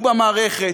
הוא במערכת,